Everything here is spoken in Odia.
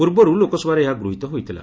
ପୂର୍ବରୁ ଲୋକସଭାରେ ଏହା ଗୂହୀତ ହୋଇଥିଲା